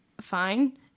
fine